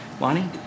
Lonnie